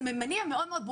הסממנים הם ברורים מאוד.